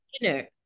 dinner